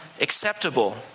acceptable